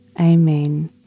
Amen